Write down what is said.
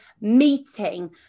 meeting